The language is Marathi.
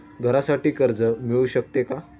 घरासाठी कर्ज मिळू शकते का?